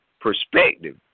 perspective